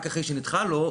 רק אחרי שנדחה לו,